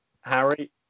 Harry